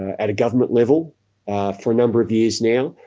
at a government level for a number of years now.